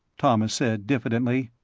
thomas said diffidently,